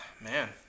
man